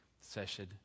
session